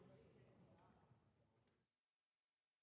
Merci